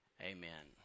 Amen